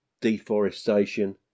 deforestation